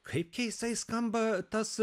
kaip keistai skamba tas